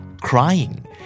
crying